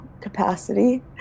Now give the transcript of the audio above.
capacity